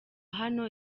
hano